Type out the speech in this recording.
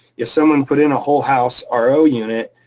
if someone put in a whole house um ro unit,